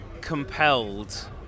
compelled